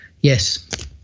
yes